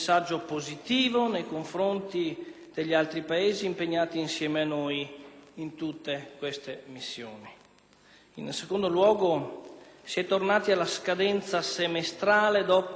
In secondo luogo, si è tornati a prevedere una scadenza semestrale, dopo l'esperienza dei rinnovi di anno in anno, prevedendo una copertura che vede